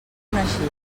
coneixia